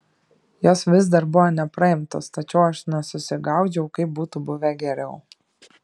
jos vis dar buvo nepraimtos tačiau aš nesusigaudžiau kaip būtų buvę geriau